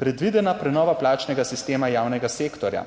predvidena prenova plačnega sistema javnega sektorja,